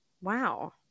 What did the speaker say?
Wow